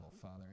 Father